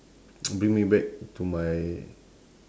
bring me back to my